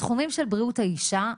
בתחומים של בריאות האישה,